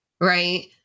right